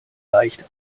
leicht